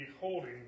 holding